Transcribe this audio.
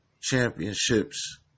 championships